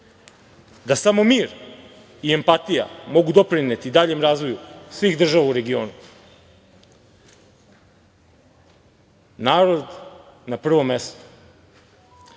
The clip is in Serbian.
da samo mir i empatija mogu doprineti daljem razvoju svih država u regionu. Narod na prvom mestu.A